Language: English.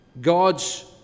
God's